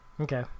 Okay